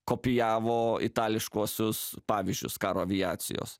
kopijavo itališkuosius pavyzdžius karo aviacijos